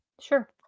Sure